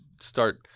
start